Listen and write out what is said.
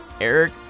Eric